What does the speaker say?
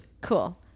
Cool